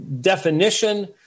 definition